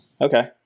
Okay